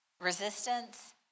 resistance